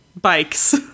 Bikes